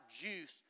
juice